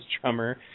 drummer